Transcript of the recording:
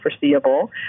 foreseeable